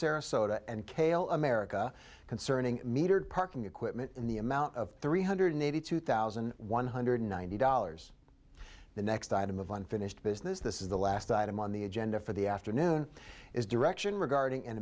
sarasota and cayle america concerning metered parking equipment in the amount of three hundred eighty two thousand one hundred ninety dollars the next item of unfinished business this is the last item on the agenda for the afternoon is direction regarding an